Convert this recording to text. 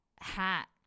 hat